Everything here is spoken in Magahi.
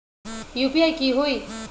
यू.पी.आई की होई?